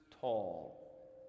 tall